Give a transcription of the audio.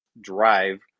drive